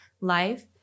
life